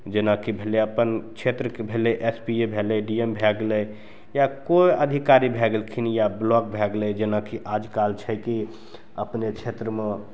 जेनाकि भेलै अपन क्षेत्रके भेलै एस पी ए भेलै डी एम भै गेलै या कोइ अधिकारी भै गेलखिन या ब्लॉक भै गेलै जेनाकि आजकल छै कि अपने क्षेत्रमे